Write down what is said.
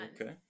okay